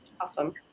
Awesome